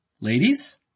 Ladies